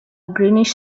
greenish